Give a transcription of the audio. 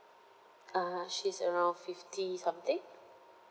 uh she's around fifty something